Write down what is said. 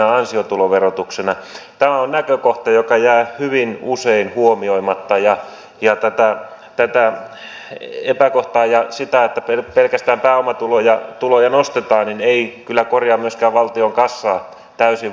tämä on näkökohta joka jää hyvin usein huomioimatta ja tämä on epäkohta ja se että pelkästään pääomatuloja nostetaan ei kyllä korjaa myöskään valtion kassaa täysin